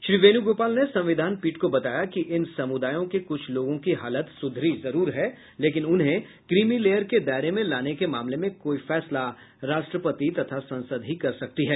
श्री वेणुगोपाल ने संविधान पीठ को बताया कि इन समुदायों के कुछ लोगों की हालत सुधरी जरूर है लेकिन उन्हें क्रीमी लेयर के दायरे में लाने के मामले में कोई फैसला राष्ट्रपति तथा संसद ही कर सकती है